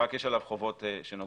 רק יש עליו חובות שנוגעים